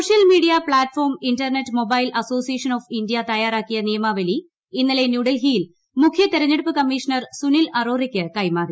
social media platform internet mobile association of India തയ്യാറാക്കിയ നിയമാവലി ഇന്നലെ ന്യൂഡൽഹിയിൽ മുഖ്യ തിരഞ്ഞെടുപ്പ്പ് കമ്മീഷണർ സുനിൽ അറോറയ്ക്ക് കൈമാറി